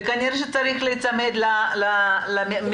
וכנראה שצריך להיצמד אליו.